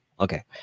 Okay